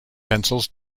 pencils